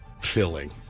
filling